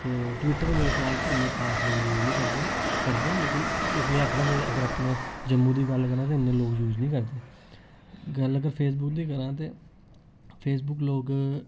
ते टवीटर मेरे खयाल च इन्ने खास लोक यूज निं करदे करदे न लेकिन में आखना अगर मेंं अपन जम्मू दी गल्ल करां ते इन्नें लोक यूज निं करदे गल्ल ते फेसबुक दी करां ते फेसबुक लोक